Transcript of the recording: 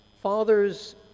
fathers